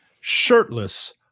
shirtless